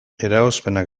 eragozpenak